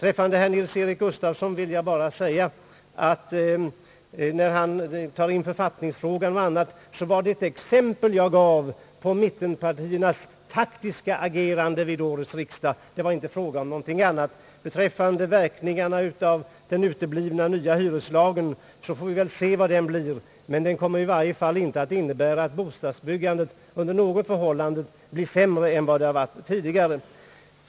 När herr Nils-Eric Gustafsson här tar in författningsfrågan m.m. så vill jag bara säga, att det var ett exempel som jag gav på mittenpartiernas taktiska agerande vid årets riksdag. Det var inte fråga om något annat. Beträffande verkningarna av den uteblivna nya hyreslagen så får vi väl se vad de blir. Följden kommer i varje fall inte att bli att bostadsbyggandet under något förhållande blir sämre än det varit tidigare.